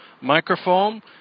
microphone